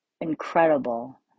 incredible